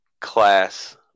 class –